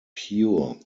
pure